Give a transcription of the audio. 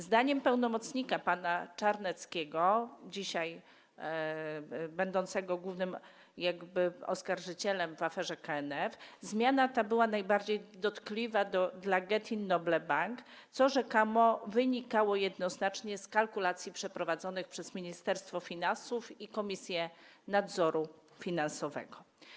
Zdaniem pełnomocnika pana Czarneckiego, dzisiaj będącego głównym jakby oskarżycielem w aferze KNF, zmiana ta była najbardziej dotkliwa dla Getin Noble Bank, co rzekomo wynikało jednoznacznie z kalkulacji przeprowadzonych przez Ministerstwo Finansów i Komisję Nadzoru Finansowego.